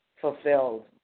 fulfilled